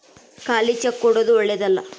ಖಾಲಿ ಚೆಕ್ ಕೊಡೊದು ಓಳ್ಳೆದಲ್ಲ